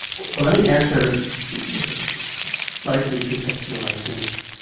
well, let me answer with a so slightly contextualized answer.